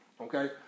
Okay